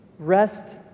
Rest